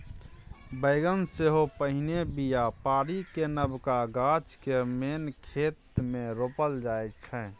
बेगन सेहो पहिने बीया पारि कए नबका गाछ केँ मेन खेत मे रोपल जाइ छै